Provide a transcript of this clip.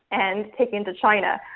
and taken to china.